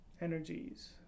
energies